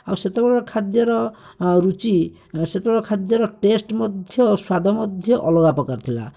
ଆଉ ସେତେବେଳର ଖାଦ୍ୟର ରୁଚି ସେତେବେଳ ଖାଦ୍ୟର ଟେଷ୍ଟ୍ ମଧ୍ୟ ସ୍ୱାଦ ମଧ୍ୟ ଅଲଗା ପ୍ରକାର ଥିଲା